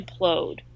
implode